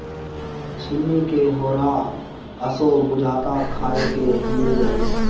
छिम्मी के होरहा असो बुझाता खाए के मिल जाई